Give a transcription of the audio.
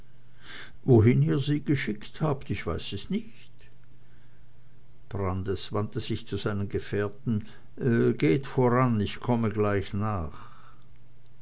wohin ihr sie geschickt habt ich weiß es nicht brandis wandte sich zu seinen gefährten geht voran ich komme gleich nach